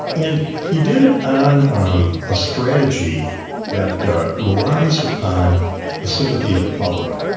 and he did it on um a strategy that relies upon the sympathy of the public.